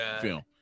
film